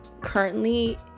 currently